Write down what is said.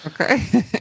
Okay